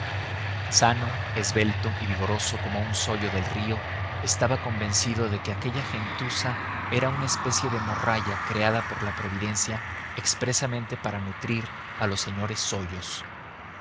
sano esbelto y vigoroso como un sollo de río estaba convencido de que aquella gentuza era una especie de morralla creada por la providencia expresamente para nutrir a los señores sollos